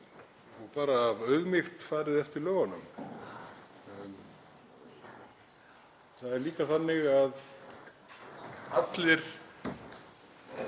og af auðmýkt farið eftir lögunum. Það er líka þannig að allir